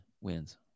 wins